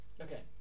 Okay